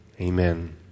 Amen